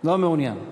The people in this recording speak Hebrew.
לא מעוניין.